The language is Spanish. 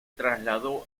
trasladó